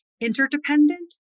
interdependent